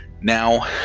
Now